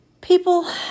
People